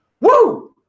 woo